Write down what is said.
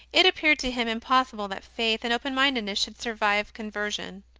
it appeared to him impossible that faith and open mindedness should survive conversion.